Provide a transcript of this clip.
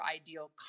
ideal